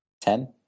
Ten